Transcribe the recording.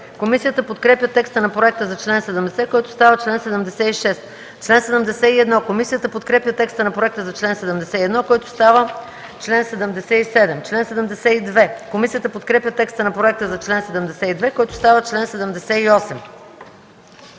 Комисията подкрепя текста на проекта за чл. 95, който става чл. 103. Комисията подкрепя текста на проекта за чл. 96, който става чл. 104. Комисията подкрепя текста на проекта за чл. 97, който става чл.